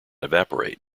evaporate